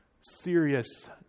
Serious